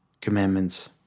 commandments